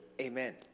Amen